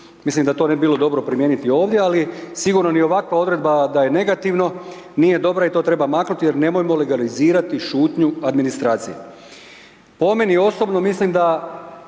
Mislim da to ne bi bilo dobro primijeniti ovdje ali sigurno ni ovakva odredba da je negativno nije dobra i to treba maknuti jer nemojmo legalizirati šutnju administracije.